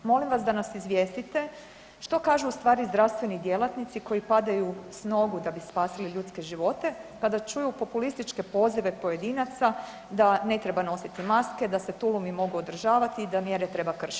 Molim vas da nas izvijestite što kažu u stvari zdravstveni djelatnici koji padaju s nogu da bi spasili ljudske živote kada čuju populističke pozive pojedinaca da ne treba nositi maske, da se tulumi mogu održavati i da mjere treba kršiti.